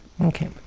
Okay